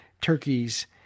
turkeys